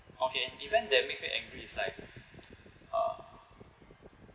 okay event that makes me angry is like uh